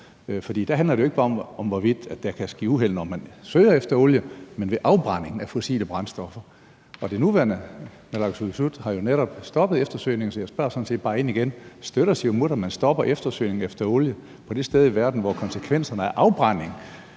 for der handler det jo ikke bare om, hvorvidt der kan ske uheld, når man søger efter olie, men om afbrændingen af fossile brændstoffer. Og det nuværende naalakkersuisut har jo netop stoppet eftersøgningen, så jeg spørger sådan set bare igen: Støtter Siumut, at man stopper eftersøgningen efter olie på det sted i verden, hvor konsekvenserne af afbrænding